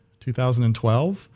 2012